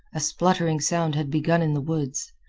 a spluttering sound had begun in the woods.